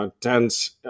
dense